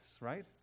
right